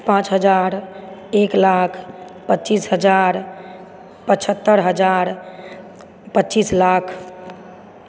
पाँच हजार एक लाख पच्चीस हजार पचहत्तर हजार पच्चीस लाख